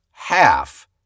half